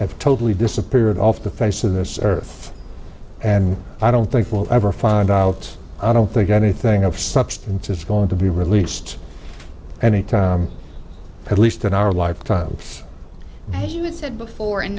have totally disappeared off the face of this earth and i don't think we'll ever find out i don't think anything of substance is going to be released anytime at least in our lifetime he would said before in